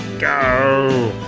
go.